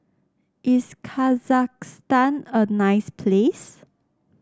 is Kazakhstan a nice place